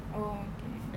oh okay